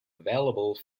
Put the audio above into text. available